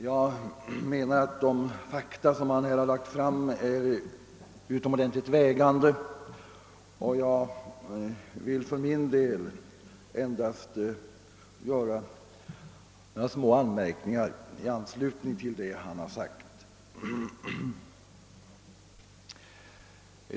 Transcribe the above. Jag menar att de fakta som han här har lagt fram är utomordentligt vägande, och jag vill för min del endast göra några små anmärkningar i anslutning till vad han har sagt.